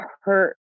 hurt